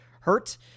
hurt